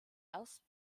ersten